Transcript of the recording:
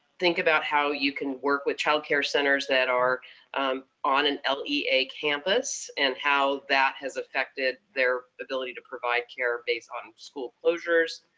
think about how you can work with child care centers that are on an lea campus and how that has affected their ability to provide care, based on school closures.